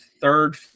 third